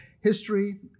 history